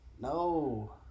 No